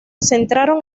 centraron